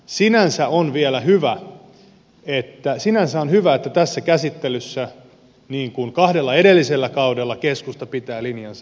sinänsä on hyvä että tässä käsittelyssä niin kuin kahdella edellisellä kaudella keskusta pitää linjansa